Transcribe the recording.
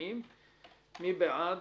מי בעד?